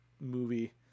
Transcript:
movie